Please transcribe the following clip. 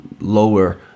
lower